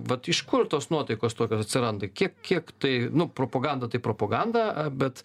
vat iš kur tos nuotaikos tokios atsiranda kiek kiek tai nu propaganda tai propaganda bet